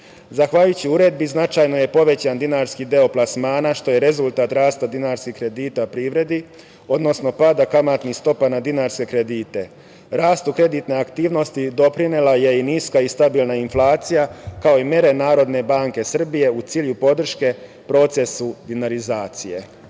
Srbije. Zahvaljujući uredbi značajno je povećan dinarski deo plasmana što je rezultat rasta dinarskih kredita privredi, odnosno pada kamatnih stopa na dinarske kredite. Rastu kreditne aktivnosti doprinela je i niska i stabilna inflacija, kao i mere NBS u cilju podrške procesa dinarizacije. Poslanička